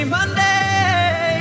Monday